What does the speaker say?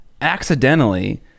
accidentally